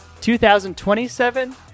2027